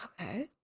Okay